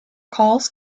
calls